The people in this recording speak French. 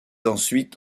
ensuite